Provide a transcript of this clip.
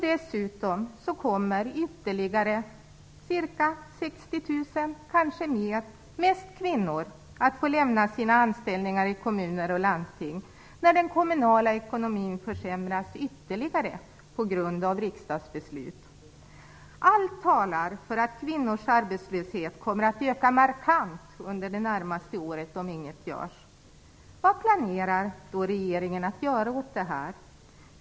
Dessutom kommer ytterligare ca 60 000 och kanske fler - mest kvinnor - att få lämna sina anställningar i kommuner och landsting när den kommunala ekonomin försämras ytterligare på grund av riksdagsbeslut. Allt talar för att kvinnors arbetslöshet kommer att öka markant under det närmaste året om inget görs. Vad planerar regeringen att göra åt det här?